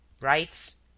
writes